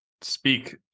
speak